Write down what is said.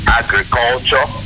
agriculture